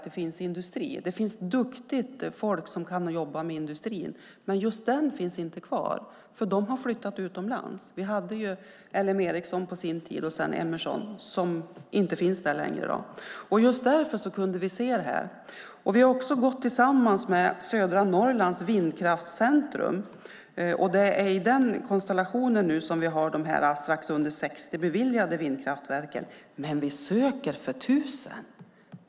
Det finns industri och duktiga människor som kan jobba med industri, men just den finns inte kvar. Den har flyttat utomlands. Vi hade på sin tid LM Ericsson och sedan Emerson som inte finns där längre. Därför kunde vi se detta. Vi har gått tillsammans med Södra Norrlands vindkraftscentrum. Det är i den konstellationen som vi har de strax under 60 beviljade vindkraftverken, men vi söker för 1 000.